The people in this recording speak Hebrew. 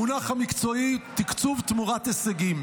המונח המקצועי הוא תקצוב תמורת הישגים.